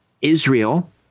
Israel